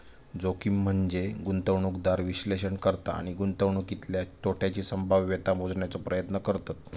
जोखीम म्हनजे गुंतवणूकदार विश्लेषण करता आणि गुंतवणुकीतल्या तोट्याची संभाव्यता मोजण्याचो प्रयत्न करतत